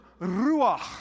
ruach